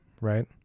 Right